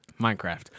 Minecraft